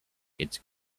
it’s